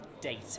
data